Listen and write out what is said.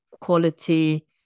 quality